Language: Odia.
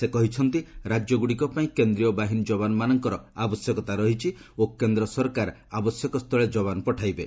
ସେ କହିଛନ୍ତି ରାଜ୍ୟଗୁଡ଼ିକ ପାଇଁ କେନ୍ଦ୍ରୀୟ ବାହିନୀ ଯବାନମାନଙ୍କର ଆବଶ୍ୟକତା ରହିଛି ଓ କେନ୍ଦ୍ର ସରକାର ଆବଶ୍ୟକସ୍ଥଳେ ଯବାନ ପଠାଇବେ